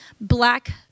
black